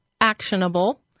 actionable